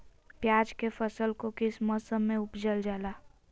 प्याज के फसल को किस मौसम में उपजल जाला?